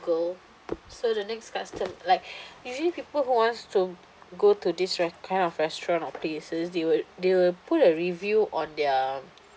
google so the next custom like usually people who wants to go to this r~ kind of restaurant or places they will they will put a review on their